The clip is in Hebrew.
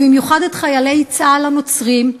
ובמיוחד את חיילי צה"ל הנוצרים,